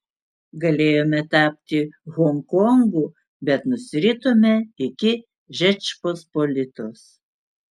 galėjome tapti honkongu bet nusiritome iki žečpospolitos